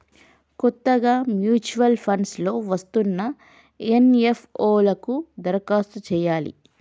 కొత్తగా mutual funds లో వస్తున్న ఎన్.ఎఫ్.ఓ లకు దరఖాస్తు చేయాలి